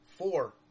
Four